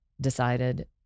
decided